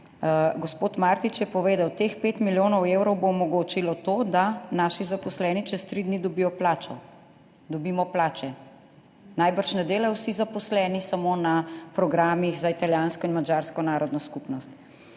Gospod Martić je povedal: »Teh 5 milijonov evrov bo omogočilo to, da naši zaposleni čez tri dni dobijo plačo, dobimo plače.« Najbrž ne delajo vsi zaposleni samo na programih za italijansko in madžarsko narodno skupnost.